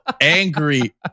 angry